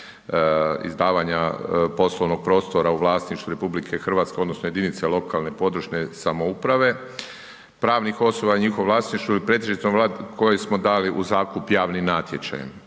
izdavanja poslovnog prostora u vlasništvu RH odnosno jedinice lokalne i područne samouprave, pravnih osoba i njihovo vlasništvo u pretežitom koje smo dali u zakup javnim natječajem.